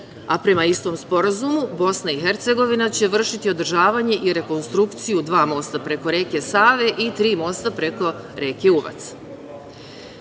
a prema istom Sporazumu Bosna i Hercegovina će vršiti održavanje i rekonstrukciju dva mosta preko reke Save i tri mosta preko reke